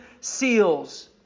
seals